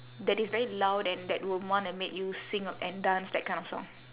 that is very loud and that will wanna make you sing uh and dance that kind of song